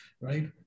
right